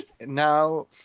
now